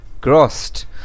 Crossed